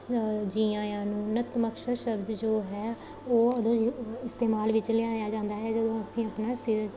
ਜੀ ਆਇਆਂ ਨੂੰ ਨਤਮਸਤਕ ਸ਼ਬਦ ਜੋ ਹੈ ਉਹ ਉਦੋਂ ਉ ਇਸਤੇਮਾਲ ਵਿੱਚ ਲਿਆਇਆ ਜਾਂਦਾ ਹੈ ਜਦੋਂ ਅਸੀਂ ਆਪਣਾ ਸਿਰ